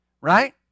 right